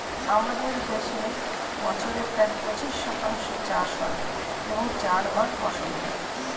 আমাদের দেশে বছরে প্রায় পঁচিশ শতাংশ চাষ হয় এবং চারবার ফসল হয়